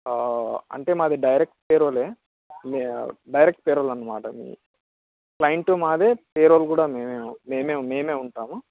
అంటే మాది డైరెక్ట్ పేరోలే డైరెక్ట్ పేరోల్ అన్నమాట అది క్లైంటూ మాదే పేరోల్ కూడా మేమే మేమే మేమే ఉంటాము